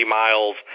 miles